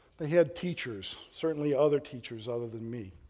they had teachers, certainly other teachers other than me.